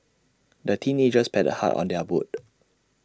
the teenagers paddled hard on their boat